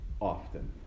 often